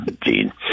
gene